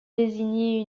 désigner